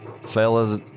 fellas